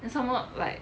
then some more like